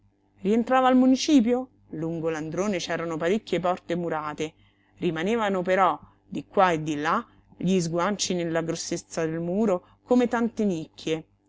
rientrava al municipio lungo l'androne c'erano parecchie porte murate rimanevano però di qua e di là gli sguanci nella grossezza del muro come tante nicchie